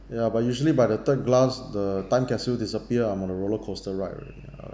ya but usually by the third glass the time capsule disappear I am on the roller coaster ride already ah !woo!